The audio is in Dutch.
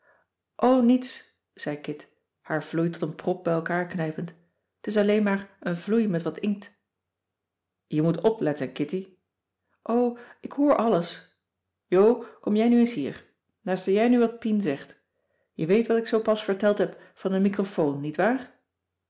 niets zei kit haar vloei tot een prop bij elkaar knijpend t is alleen maar een vloei met wat inkt je moet opletten kitty o ik hoor alles jo kom jij nu eens hier luister jij nu wat pien zegt je weet wat ik zoopas verteld heb van de microphoon